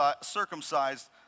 circumcised